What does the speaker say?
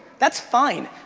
that's fine.